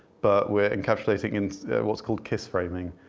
but we're encapsulating into what's called kiss framing,